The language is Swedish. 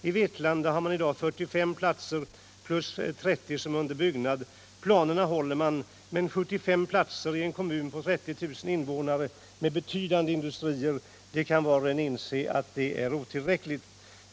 I Vetlanda har man i dag 45 platser och har 30 under utbyggnad. Planerna hålls, men 75 platser i en kommun på 30 000 invånare med betydande industrier kan var och en inse är otillräckligt.